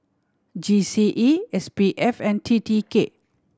G C E S P F and T T K